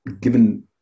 given